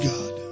God